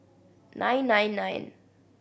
nine nine nine